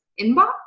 inbox